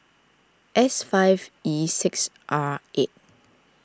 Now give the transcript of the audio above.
S five E six R eight